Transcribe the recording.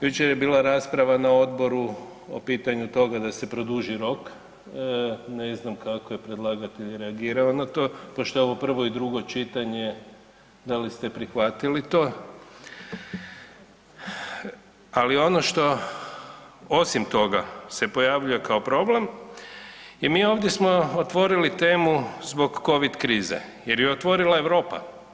Jučer je bila rasprava na odboru o pitanju toga da se produži rok, ne znam kako je predlagatelj reagirao na to pošto je ovo prvo i drugo čitanje da li ste prihvatili to, ali ono što osim toga se pojavljuje kao problem i mi ovdje smo otvorili temu zbog Covid krize jer ju je otvorila Europa.